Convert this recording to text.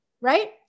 right